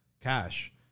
cash